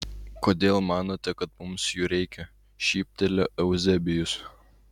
kodėl manote kad mums jų reikia šyptelėjo euzebijus